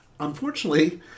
Unfortunately